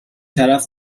طرف